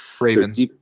Ravens